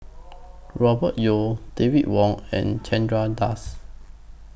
Robert Yeo David Wong and Chandra Das